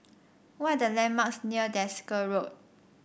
what are the landmarks near Desker Road